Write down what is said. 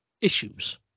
issues